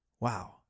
Wow